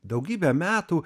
daugybę metų